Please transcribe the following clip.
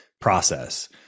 process